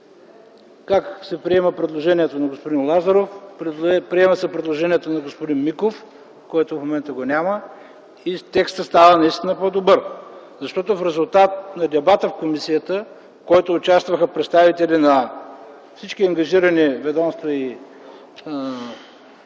как се приема предложението на господин Лазаров, приема се предложението на господин Миков, който в момента го няма, и текстът става наистина по-добър. В резултат на дебата в комисията, в който участваха представители на ангажираните ведомства и